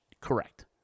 Correct